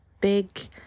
big